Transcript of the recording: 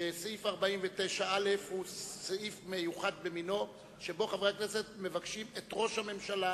שסעיף 49א הוא סעיף מיוחד במינו שבו חברי הכנסת מבקשים מראש הממשלה,